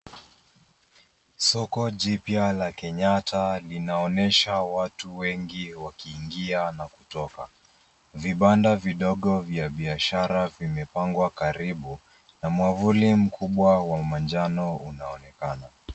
Soko jipya la Kenyatta linaonyesha watu wengi wakiingia na kutoka. Vibanda vidogo vya biashara vimepangwa karibu, na mwavuli mkubwa wa manjano unaonekana.